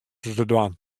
dwaan